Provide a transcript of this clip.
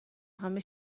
همه